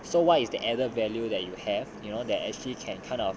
so what is the added value that you have you know that actually can kind of